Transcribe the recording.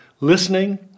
listening